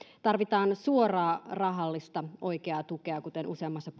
tarvitaan suoraa rahallista oikeaa tukea kuten useammassa